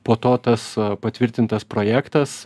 po to tas patvirtintas projektas